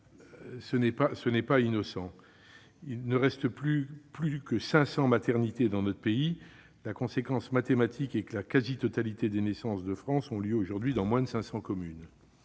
Ce n'est pas un hasard. Il ne reste guère plus de 500 maternités dans notre pays. La conséquence mathématique en est que la quasi-totalité des naissances en France ont aujourd'hui lieu dans moins de 500 communes.